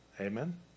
Amen